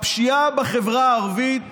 הפשיעה בחברה הערבית